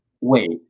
Wait